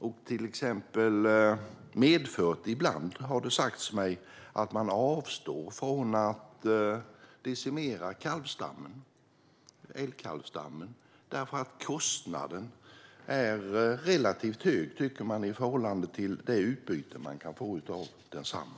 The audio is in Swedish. Det har sagts mig att det ibland har medfört att man avstår från att decimera älgkalvstammen för att kostnaden är relativt hög i förhållande till det utbyte man kan få av densamma.